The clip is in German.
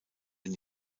den